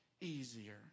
easier